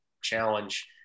challenge